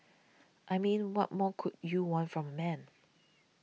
I mean what more could you want from a man